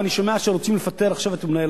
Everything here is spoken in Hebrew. ואני שומע שרוצים לפטר עכשיו את מנהל